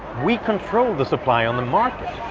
we control the supply on the market.